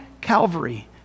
Calvary